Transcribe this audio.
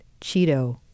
Cheeto